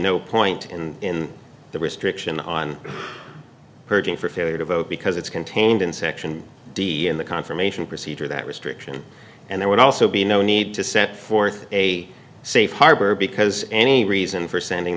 no point in the restriction on purging for failure to vote because it's contained in section d and the confirmation procedure that restriction and there would also be no need to set forth a safe harbor because any reason for sending